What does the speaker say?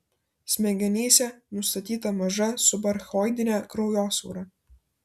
smegenyse nustatyta maža subarachnoidinė kraujosruva